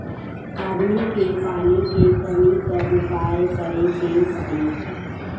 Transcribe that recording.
आदमी के पानी के कमी क उपाय करे के पड़ी